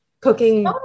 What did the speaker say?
cooking